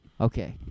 Okay